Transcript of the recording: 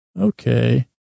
Okay